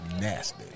Nasty